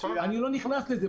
אני לא נכנס לזה.